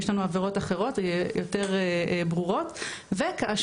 יש לנו עבירות אחרות יותר ברורות וכאשר